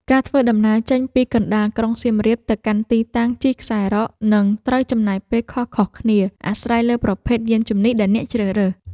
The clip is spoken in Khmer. ការធ្វើដំណើរចេញពីកណ្ដាលក្រុងសៀមរាបទៅកាន់ទីតាំងជិះខ្សែរ៉ក នឹងត្រូវចំណាយពេលខុសៗគ្នាអាស្រ័យលើប្រភេទយានជំនិះដែលអ្នកជ្រើសរើស។